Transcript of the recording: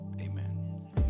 amen